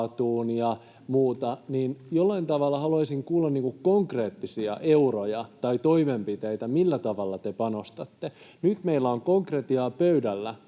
laatuun ja muuta. Jollain tavalla haluaisin kuulla konkreettisia euroja tai toimenpiteitä, millä tavalla te panostatte. Nyt meillä on konkretiaa pöydällä.